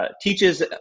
teaches